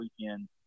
weekend